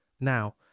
Now